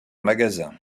magasin